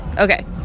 okay